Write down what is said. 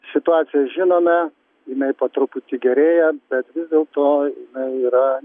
situaciją žinome jinai po truputį gerėja bet vis dėl to jinai yra